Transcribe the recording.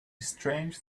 strange